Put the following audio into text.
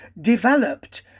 developed